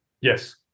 Yes